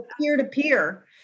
peer-to-peer